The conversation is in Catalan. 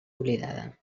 oblidada